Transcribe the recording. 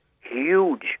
huge